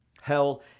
Hell